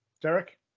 Derek